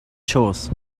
schoß